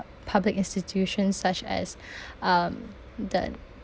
public institutions such as um the